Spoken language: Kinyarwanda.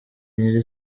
nyiri